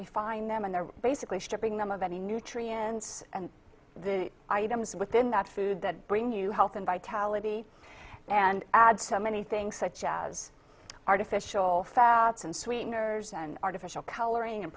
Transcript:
refine them and they're basically stripping them of any nutrients and the items within that food that bring you health and vitality and add so many things such as artificial fats and sweeteners and artificial coloring and